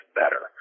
better